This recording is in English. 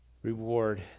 reward